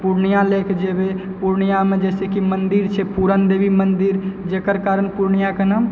पुर्णिया लए के जयबै पुर्णियामे जैसे कि मन्दिर छै पुरण देवी मन्दिर जेकर कारण पुर्णियाके नाम